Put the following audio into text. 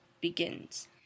begins